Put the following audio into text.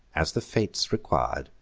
as the fates requir'd,